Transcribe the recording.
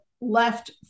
left